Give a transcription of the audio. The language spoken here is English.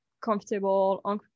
comfortable